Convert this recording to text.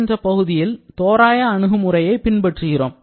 என்ற பகுதியில் தோராய அணுகுமுறையை பின்பற்றுகிறோம்